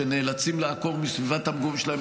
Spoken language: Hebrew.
שנאלצים לעקור מסביבת המגורים שלהם,